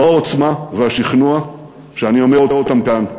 העוצמה והשכנוע שאני אומר אותם כאן.